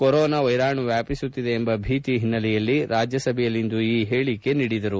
corona ವೈರಾಣು ವ್ಯಾಪಿಸುತ್ತಿದೆ ಎಂಬ ಭೀತಿ ಹಿನ್ನೆಲ್ಲೆಯಲ್ಲಿ ರಾಜ್ಯಸಭೆಯಲ್ಲಿಂದು ಈ ಹೇಳಿಕೆ ನೀಡಿದರು